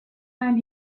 and